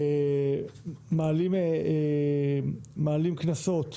מעלים קנסות